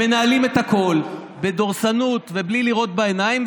הם מנהלים את הכול בדורסנות ובלי לראות בעיניים,